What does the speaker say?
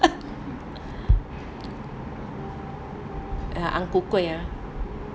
ya ang ku kueh ah